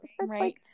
Right